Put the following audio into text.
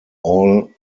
all